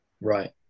right